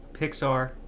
Pixar